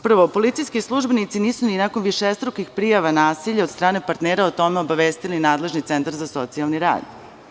Prvo, policijski službenici nisu ni nakon višestrukih prijava nasilja od strane partnera o tome obavestili nadležni centar za socijalni rad.